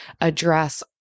address